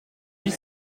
huit